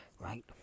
right